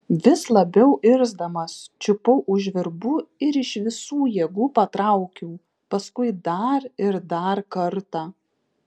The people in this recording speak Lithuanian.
vis labiau irzdamas čiupau už virbų ir iš visų jėgų patraukiau paskui dar ir dar kartą